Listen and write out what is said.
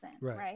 right